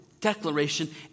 Declaration